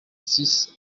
six